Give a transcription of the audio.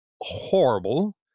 horrible